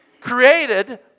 created